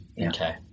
Okay